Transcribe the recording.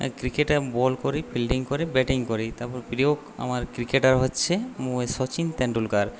ক্রিকেটে আমি বল করি ফিল্ডিং করি ব্যাটিং করি তারপর প্রিয় আমার ক্রিকেটার হচ্ছে সচিন তেন্ডুলকার